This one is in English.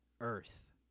Earth